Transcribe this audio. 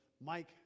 Mike